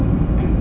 eh